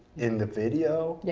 in the video? yeah